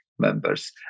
members